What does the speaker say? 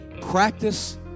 Practice